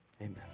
Amen